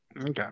Okay